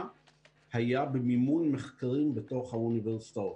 היה במימון מחקרים בתוך האוניברסיטאות.